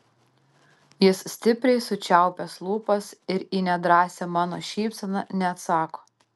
jis stipriai sučiaupęs lūpas ir į nedrąsią mano šypseną neatsako